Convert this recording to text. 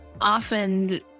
often